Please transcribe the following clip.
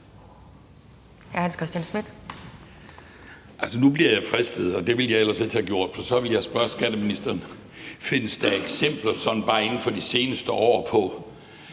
at spørge om noget, og det ville jeg ellers ikke have gjort. Men nu vil jeg spørge skatteministeren: Findes der eksempler sådan bare inden for de seneste år på,